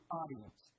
audience